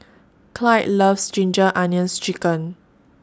Clide loves Ginger Onions Chicken